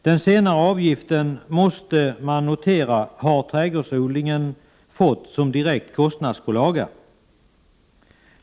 Man måste notera att trädgårdsnäringen har fått den senare avgiften som en direkt kostnadspålaga.